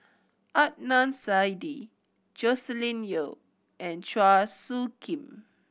Adnan Saidi Joscelin Yeo and Chua Soo Khim